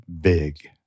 big